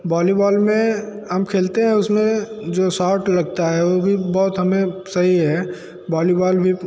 volleyball में हम खेलते हैं उस में जो शॉट लगता है वो भी बहुत हमें सही है बॉलीबॉल भी